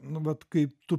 nu vat kaip tu